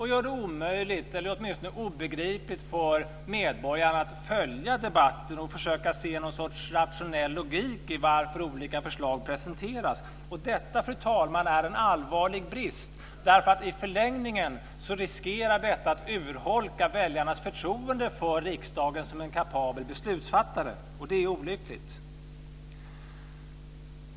Man gör det omöjligt, eller åtminstone obegripligt, för medborgarna att följa debatten och försöka se någon sorts rationell logik i varför olika förslag presenteras. Fru talman! Detta är en allvarlig brist. I förlängningen riskerar detta att urholka väljarnas förtroende för riksdagen som en kapabel beslutsfattare, och det är olyckligt.